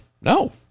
no